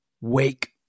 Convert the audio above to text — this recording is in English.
Wake